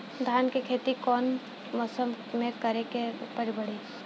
धान के खेती कौन मौसम में करे से उपज बढ़ी?